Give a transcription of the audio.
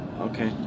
Okay